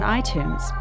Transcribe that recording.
iTunes